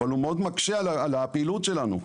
אבל הוא מאוד מקשה על הפעילות שלנו.